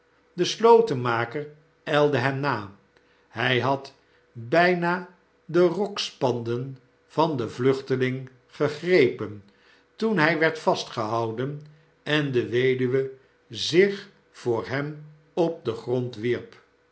de slotenmaker ijlde hem na hij had bijna de rokspanden van den vluchteling gegrepen toen hij werd vastgehouden en de weduwe zich voor hem op den grond wierp